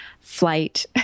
flight